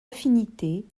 affinités